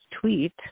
tweet